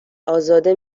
ازاده